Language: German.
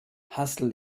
hassel